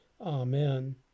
Amen